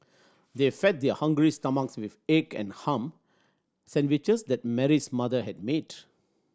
they fed their hungry stomachs with egg and ham sandwiches that Mary's mother had made